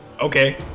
Okay